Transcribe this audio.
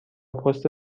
پست